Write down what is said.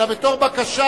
אלא בתור בקשה,